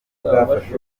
bwafashe